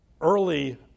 early